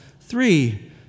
three